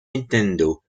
nintendo